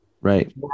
right